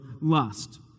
lust